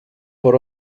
por